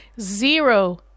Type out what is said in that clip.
zero-